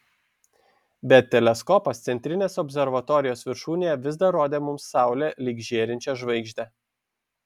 bet teleskopas centrinės observatorijos viršūnėje vis dar rodė mums saulę lyg žėrinčią žvaigždę